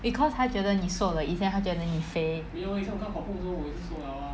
because 他觉得你瘦了以前他觉得你肥